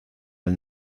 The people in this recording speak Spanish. del